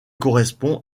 correspond